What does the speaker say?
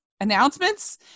announcements